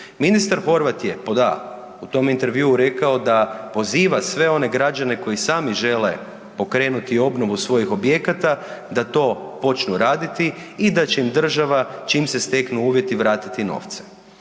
Ministar Horvat je pod a) u tom intervjuu rekao da poziva sve one građane koji sami žele pokrenuti obnovu svojih objekata da to počnu raditi i da će im država čim se steknu uvjeti vratiti novce.